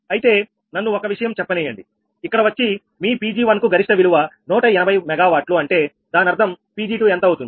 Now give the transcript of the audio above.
అయితే నన్ను ఒక విషయం చెప్పనీయండి ఇక్కడ వచ్చి మీ Pg1 కు గరిష్ట విలువ 180 MW అంటే దాని అర్థం Pg2 ఎంత అవుతుంది